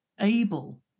able